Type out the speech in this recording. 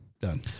done